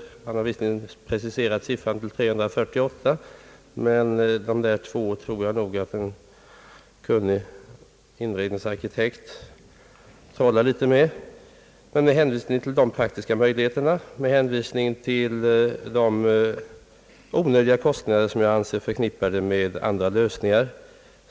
Professor Lind har visserligen specificerat siffran till 348, men de två övriga tror jag nog att en kunnig inredningsarkitekt kan trolla in. Under hänvisning till de praktiska möjligheterna och till de onödiga kostnader som jag anser vara förknippade med andra lösningar